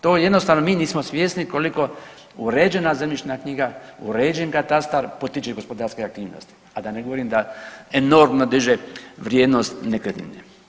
To jednostavno mi nismo svjesni koliko uređena zemljišna knjiga, uređen katastar potiče i gospodarske aktivnosti, a da ne govorim da enormno diže vrijednost nekretnine.